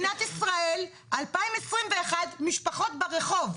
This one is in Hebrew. במדינת ישראל, 2021, משפחות ברחוב.